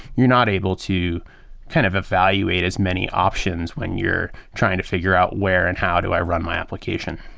you're not able to kind of evaluate as many options when you're trying to figure out where and how do i run my application.